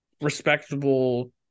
respectable